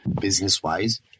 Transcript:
business-wise